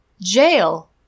Jail